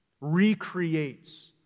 recreates